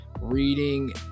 reading